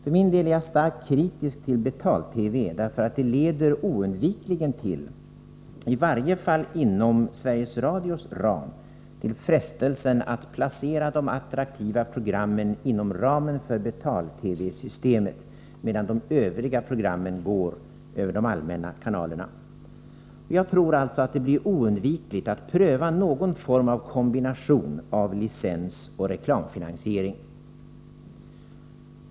För min del är jag starkt kritisk mot betal-TV därför att den, i varje fall för Sveriges Radios del, oundvikligen leder till frestelsen att placera de attraktiva programmen inom ramen för betal-TV-systemet, medan de övriga programmen får gå över de allmänna kanalerna. Jag tror alltså att det blir ofrånkomligt att pröva någon form av kombination av licensoch reklamfinansiering.